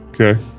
Okay